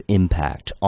impact